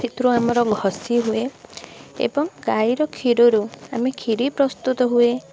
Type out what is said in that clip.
ସେଥିରୁ ଆମର ଘସି ହୁଏ ଏବଂ ଗାଇର କ୍ଷୀରରୁ ଆମେ ଖିରି ପ୍ରସ୍ତୁତ ହୁଏ